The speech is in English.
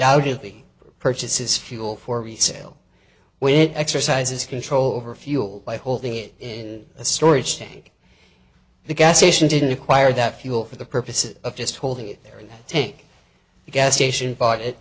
ly purchases fuel for resale when exercises control over fuel by holding it in a storage tank the gas station didn't require that fuel for the purposes of just holding it there and take the gas station bought it